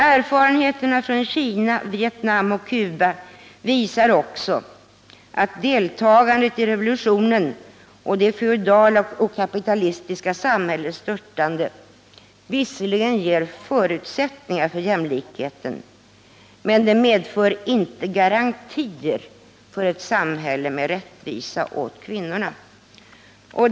Erfarenheterna från-Kina, Vietnam och Cuba visar också att deltagandet i revolutionen och det feodala och kapitalistiska samhällets störtande visserligen ger förutsättningar för jämlikheten men inte medför garantier för ett samhälle med rättvisa åt kvinnorna.